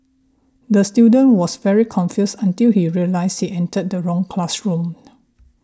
the student was very confused until he realised he entered the wrong classroom